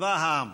צבא העם,